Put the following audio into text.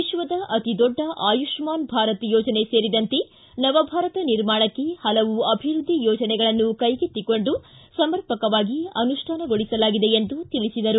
ವಿಶ್ವದ ಅತಿದೊಡ್ಡ ಆಯುಷ್ಮಾನ್ ಭಾರತ ಯೋಜನೆ ಸೇರಿದಂತೆ ನವಭಾರತ ನಿರ್ಮಾಣಕ್ಕೆ ಹಲವು ಅಭಿವೃದ್ದಿ ಯೋಜನೆಗಳನ್ನು ಕೈಗೆತ್ತಿಕೊಂಡು ಸಮರ್ಪಕವಾಗಿ ಅನುಷ್ಠಾನಗೊಳಿಸಲಾಗಿದೆ ಎಂದು ತಿಳಿಸಿದರು